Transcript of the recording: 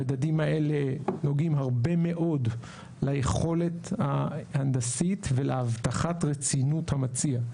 המדדים האלה נוגעים הרבה מאוד ליכולת ההנדסית ולהבטחת רצינות המציע.